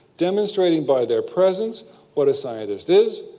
demonstrating by their presence what a scientist is,